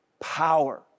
power